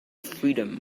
freedom